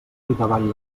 davall